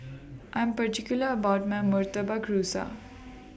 I Am particular about My Murtabak Rusa